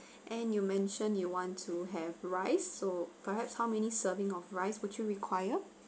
and you mentioned you want to have rice so perhaps how many serving of rice would you require